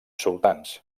sultans